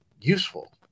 useful